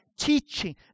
teaching